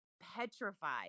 petrified